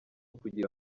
kugira